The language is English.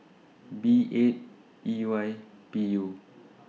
B eight E Y P U